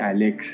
Alex